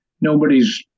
nobody's